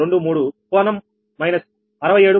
23 కోణం మైనస్ 67